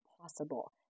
possible